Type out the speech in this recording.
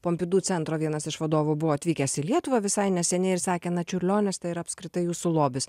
pompidu centro vienas iš vadovų buvo atvykęs į lietuvą visai neseniai ir sakė na čiurlionis tai yra apskritai jūsų lobis